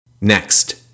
Next